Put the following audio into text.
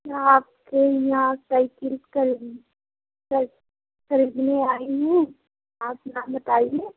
यहाँ आपके यहाँ साइकिल ख़रीद ख़रीदने आई हूँ आप ना बताइए